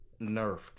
nerfed